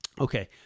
Okay